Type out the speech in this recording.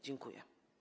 Dziękuję.